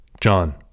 John